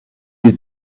you